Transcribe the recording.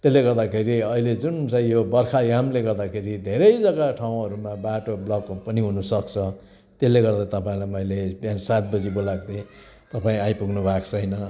त्यसले गर्दाखेरि अहिले जुन चाहिँ यो बर्खा यामले गर्दाखेरि धेरै जग्गा ठाउँहरूमा बाटो ब्लक पनि हुन सक्छ त्यसले गर्दा तपाईँलाई मैले बिहान सात बजी बोलाएको थिएँ तपाईँ आइपुग्नु भएको छैन